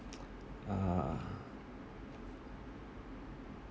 uh